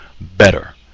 better